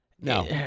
No